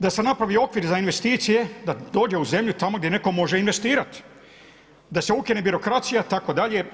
Da se napravi okvir za investicije, da dođe u zemlju tamo gdje netko može investirati, da se ukine birokracija itd.